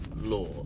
law